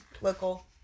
Local